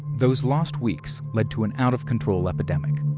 those lost weeks led to an out-of-control epidemic.